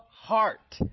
heart